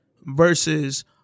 versus